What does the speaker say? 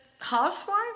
housewife